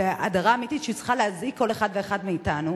הדרה אמיתית שצריכה להזעיק כל אחד ואחד מאתנו,